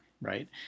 right